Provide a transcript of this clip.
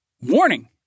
Warning